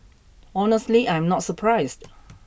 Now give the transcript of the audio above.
honestly I am not surprised